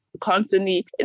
constantly